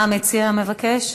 מה המציע מבקש?